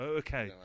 okay